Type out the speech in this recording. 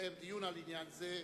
לקיים דיון על עניין זה.